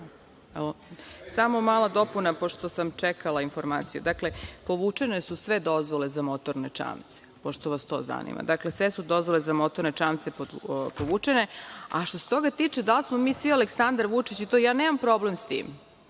Samo mala dopuna, pošto sam čekala informaciju. Dakle, povučene su sve dozvole za motorne čamce, pošto vas to zanima. Sve dozvole za motorne čamce su povučene. Što se tiče toga da li smo mi svi Aleksandar Vučić i to, ja nemam problem sa tim.